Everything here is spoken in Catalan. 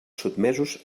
sotmesos